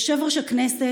יושב-ראש הכנסת,